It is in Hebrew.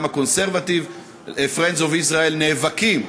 ה-Conservative Friends of Israel נאבקים,